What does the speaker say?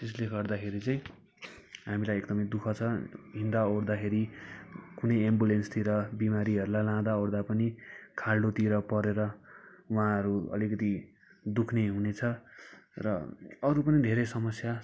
त्यसले गर्दाखेरि चाहिँ हामीलाई एकदमै दुःख छ हिँड्दाओर्दाखेरि कुनै एम्बुलेन्सतिर बिमारीहरूलाई लाँदाओर्दा पनि खाल्डोतिर परेर उहाँहरू अलिकति दुख्ने हुनेछ र अरू पनि धेरै समस्या